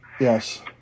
Yes